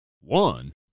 One